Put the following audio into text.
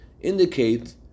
indicate